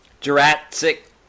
Jurassic